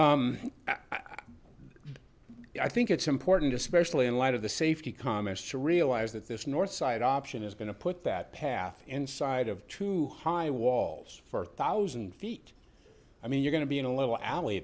path i think it's important especially in light of the safety comments to realize that this northside option is going to put that path inside of two high walls for a thousand feet i mean you're going to be in a little alley